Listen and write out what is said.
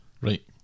right